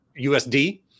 USD